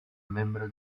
membro